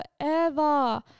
forever